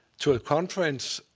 to a conference,